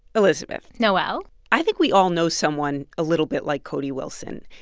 elizabeth noel i think we all know someone a little bit like cody wilson.